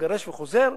הוא מגרש והוא חוזר.